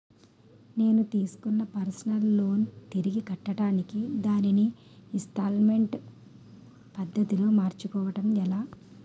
నేను తిస్కున్న personal loan తిరిగి కట్టడానికి దానిని ఇంస్తాల్మేంట్ పద్ధతి లో మార్చుకోవడం ఎలా?